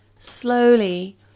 Slowly